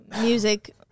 music